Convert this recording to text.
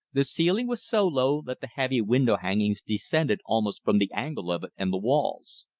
the ceiling was so low that the heavy window hangings depended almost from the angle of it and the walls.